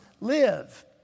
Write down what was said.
live